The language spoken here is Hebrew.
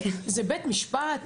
זה בית משפט?